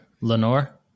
Lenore